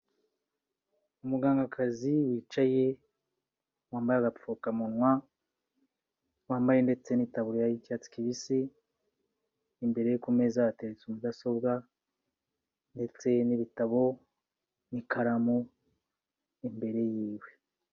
Umugangakazi wicaye wambaye agapfukamunwa wambaye ndetse n'itaburiya y'icyatsi kibisi, imbere ye ku meza hateretse mudasobwa ndetse n'ibitabo n'ikaramu imbere yiwe.